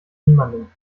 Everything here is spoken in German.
niemandem